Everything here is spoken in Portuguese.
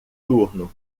turno